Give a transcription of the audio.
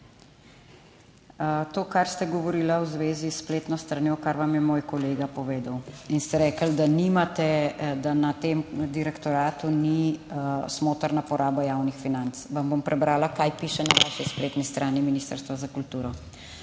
To kar ste govorili v zvezi s spletno stranjo, kar vam je moj kolega povedal in ste rekli, da nimate, da na tem direktoratu ni smotrna poraba javnih financ. Vam bom prebrala, kaj piše na / nerazumljivo/ spletni strani ministrstva za kulturo: